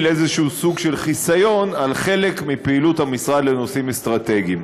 איזשהו סוג של חיסיון על חלק מפעילות המשרד לנושאים אסטרטגיים.